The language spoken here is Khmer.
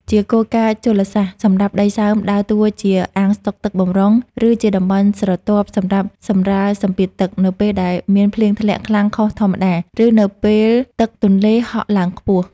ជាគោលការណ៍ជលសាស្ត្រ តំបន់ដីសើមដើរតួជា អាងស្តុកទឹកបម្រុង ឬជាតំបន់ទ្រនាប់សម្រាប់សម្រាលសម្ពាធទឹក នៅពេលដែលមានភ្លៀងធ្លាក់ខ្លាំងខុសធម្មតា ឬនៅពេលទឹកទន្លេហក់ឡើងខ្ពស់។